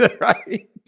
Right